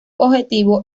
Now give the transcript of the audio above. objetivo